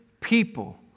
people